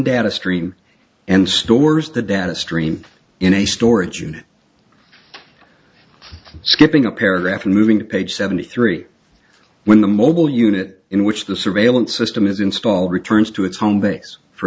data stream and stores the data stream in a storage unit skipping a paragraph or moving the page seventy three when the mobile unit in which the surveillance system is installed returns to its home base for